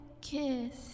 kiss